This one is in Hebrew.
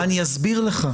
אני אסביר לך.